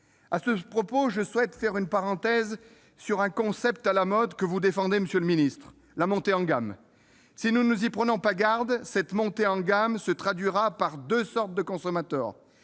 À ce propos, je souhaite faire une parenthèse sur un concept à la mode que vous défendez, monsieur le ministre : la montée en gamme. Si nous n'y prenons pas garde, cette montée en gamme se traduira par la coexistence de deux sortes de consommateurs